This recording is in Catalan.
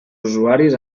usuaris